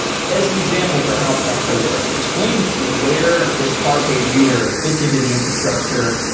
as an example for how presto works. explain where this parquet reader fits into the infrastructure,